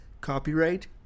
Copyright